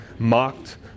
mocked